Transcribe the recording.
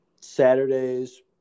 Saturdays